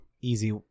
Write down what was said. easy